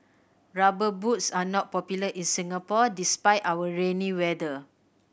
Rubber Boots are not popular in Singapore despite our rainy weather